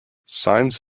signs